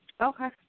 Okay